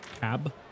cab